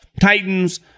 Titans